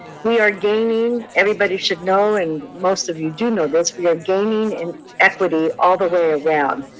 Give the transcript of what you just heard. we are gaining, everybody should know, and most of you do know this, we are gaining in equity all the way around.